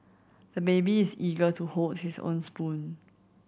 the baby is eager to hold his own spoon